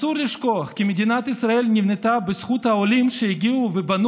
אסור לשכוח כי מדינת ישראל נבנתה בזכות העולים שהגיעו ובנו